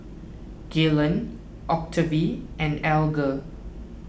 Gaylon Octavie and Alger